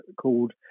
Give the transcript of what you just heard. called